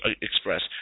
Express